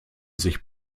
sich